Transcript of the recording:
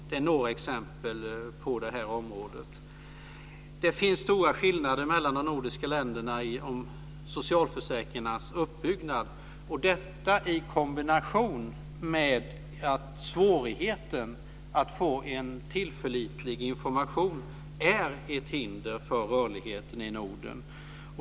Det är några exempel på det här området. Det finns stora skillnader mellan de nordiska länderna i socialförsäkringarnas uppbyggnad. Detta i kombination med svårigheten att få en tillförlitlig information är ett hinder för rörligheten i Norden.